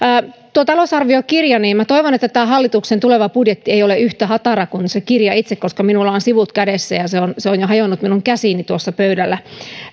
tuo talousarviokirja minä toivon että tämä hallituksen tuleva budjetti ei ole yhtä hatara kuin se kirja itse koska minulla on sivut kädessä ja se on jo hajonnut minun käsiini tuossa pöydällä